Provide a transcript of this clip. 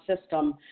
system